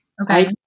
Okay